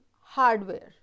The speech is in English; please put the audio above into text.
hardware